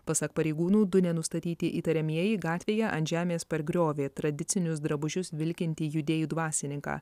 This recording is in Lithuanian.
pasak pareigūnų du nenustatyti įtariamieji gatvėje ant žemės pargriovė tradicinius drabužius vilkintį judėjų dvasininką